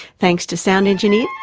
thanks to sound engineer,